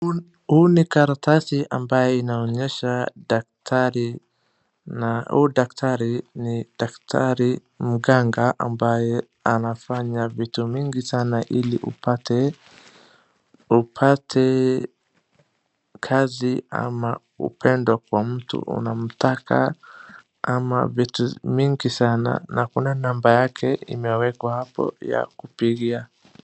Huu ni karatasi ambaye inaonyesha daktari na huyu daktari ni daktari mganga ambaye anafanya vitu mingi sana ili upate kazi ama upendwe kwa mtu unamtaka ama vitu mingi sana na kuna namba yake imewekwa hapo ya kupigia.